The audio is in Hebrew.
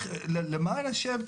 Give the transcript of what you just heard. למען השם,